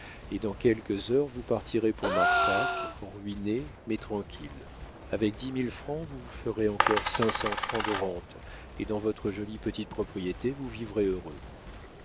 et dans quelques heures vous partirez pour marsac ruinés mais tranquilles avec dix mille francs vous vous ferez encore cinq cents francs de rente et dans votre jolie petite propriété vous vivrez heureux